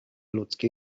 ludzkie